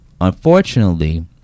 Unfortunately